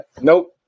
nope